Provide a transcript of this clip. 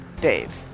Dave